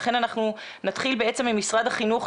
ולכן אנחנו נתחיל בעצם עם משרד החינוך.